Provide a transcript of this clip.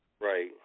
Right